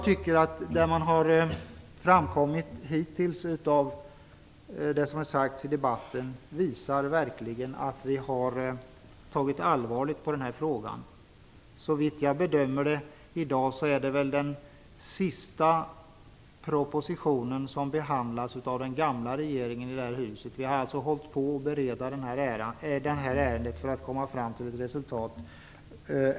Vad som hittills har framkommit i debatten visar verkligen att vi har tagit denna fråga på allvar. Såvitt jag i dag kan bedöma är det väl här fråga om den sista propositionen som i detta hus behandlas av den gamla regeringen. Ända sedan i höstas har vi hållit på med beredningen av det här ärendet för att komma fram till ett resultat.